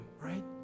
right